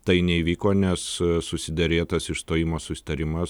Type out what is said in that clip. tai neįvyko nes susiderėtas išstojimo susitarimas